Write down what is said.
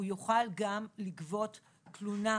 הוא יוכל גם לגבות תלונה,